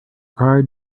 card